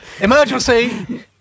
emergency